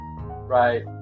Right